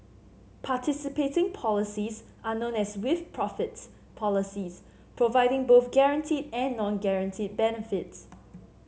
participating policies are known as with profits policies providing both guaranteed and non guaranteed benefits